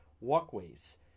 walkways